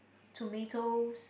tomatoes